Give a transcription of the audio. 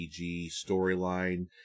storyline